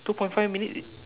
two point five minutes